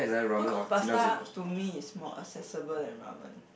no cause pasta to me is more accessible than ramen